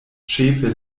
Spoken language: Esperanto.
ĉefe